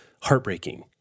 heartbreaking